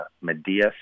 Medea